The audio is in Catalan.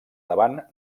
davant